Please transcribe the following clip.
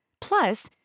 Plus